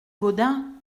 gaudin